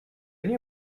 nie